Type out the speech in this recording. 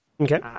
Okay